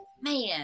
Man